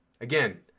Again